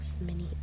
mini